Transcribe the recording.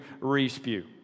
re-spew